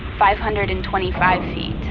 five hundred and twenty five feet.